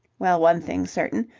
well, one thing's certain.